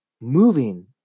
moving